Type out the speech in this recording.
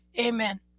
Amen